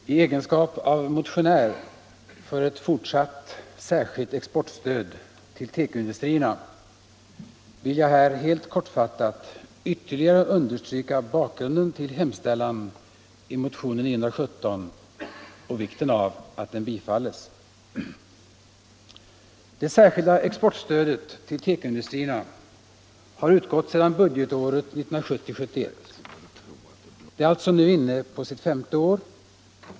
Herr talman! I egenskap av motionär för ett fortsatt särskilt exportstöd till teko-industrierna vill jag här helt kortfattat ytterligare understryka bakgrunden till hemställan i motionen 917 och vikten av att den bifalles. Det särskilda exportstödet till teko-industrierna har utgått sedan budgetåret 1970/71. Det är alltså nu inne på sitt femte år.